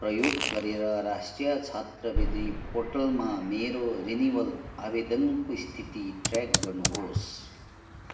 प्रयोग गरेर राष्ट्रिय छात्रवृत्ति पोर्टलमा मेरो रिनिवल आवेदनको स्थिति ट्रयाक गर्नुहोस्